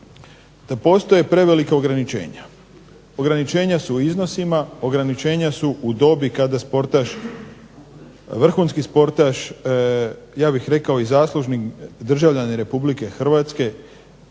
da postoje prevelika ograničenja. Ograničenja su u iznosima, ograničenja su u dobi kada športaš vrhunski športaš, ja bih rekao i zaslužni državljanin Republike Hrvatske